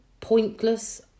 pointless